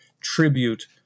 tribute